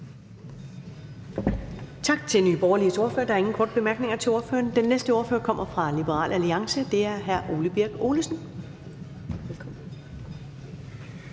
Tak til Nye Borgerliges ordfører. Der er ingen korte bemærkninger til ordføreren. Den næste ordfører kommer fra Liberal Alliance, og det er hr. Ole Birk Olesen. Kl.